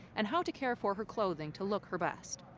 and how to care for her clothing to look her best.